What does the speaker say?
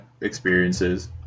experiences